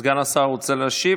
סגן השר רוצה להשיב?